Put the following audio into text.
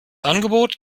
angebot